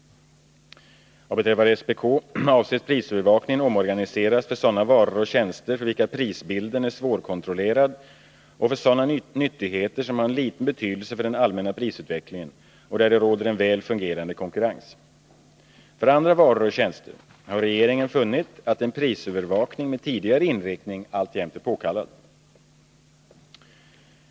Vad beträffar SPK avses prisövervakningen omorganiseras för sådana varor och tjänster för vilka prisbilden är svårkontrollerad och för sådana nyttigheter som har liten betydelse för den allmänna prisutvecklingen och där det råder en väl fungerande konkurrens. För andra varor och tjänster har regeringen funnit att en prisövervakning med tidigare inriktning alltjämt är påkallad.